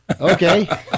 Okay